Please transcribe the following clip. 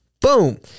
Boom